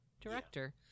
director